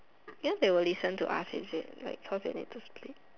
then they will listen to us is it like cause they need to split